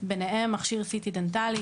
ביניהם מכשיר CT דנטלי.